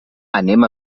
anem